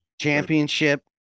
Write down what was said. Championship